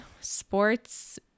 sports